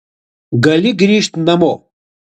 gali grįžt namo